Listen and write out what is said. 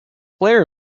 player